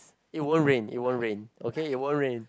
it won't rain it won't rain okay it won't rain